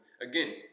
again